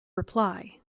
reply